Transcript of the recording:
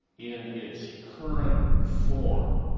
in its current form,